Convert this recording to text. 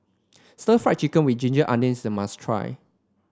stir Fry Chicken with Ginger Onions is a must try